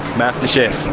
masterchef,